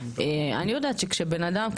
אני יודעת שכשבן אדם,